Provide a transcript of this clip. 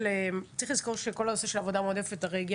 צריך לזכור שכל הנושא של עבודה מועדפת הגיע